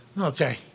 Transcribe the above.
Okay